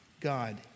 God